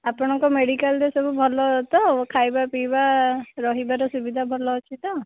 ଆପଣଙ୍କ ମେଡ଼ିକାଲ୍ରେ ସବୁ ଭଲ ତ ଖାଇବା ପିଇବା ରହିବାର ସୁବିଧା ଭଲ ଅଛି ତ